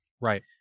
Right